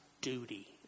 duty